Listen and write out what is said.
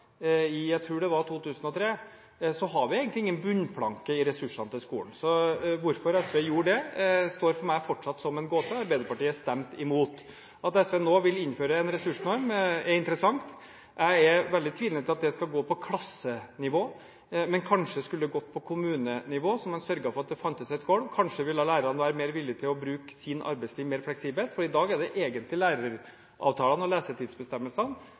tror jeg det var – har vi egentlig ingen bunnplanke i ressursene til skolen. Hvorfor SV gjorde det, står for meg fortsatt som en gåte. Arbeiderpartiet stemte imot. At SV nå vil innføre en ressursnorm, er interessant. Jeg er veldig tvilende til at det skal gå på klassenivå, men kanskje skulle det gått på kommunenivå, så man sørget for at det fantes et golv, kanskje ville lærerne være mer villige til å bruke sin arbeidstid mer fleksibelt, for i dag er det egentlig læreravtalene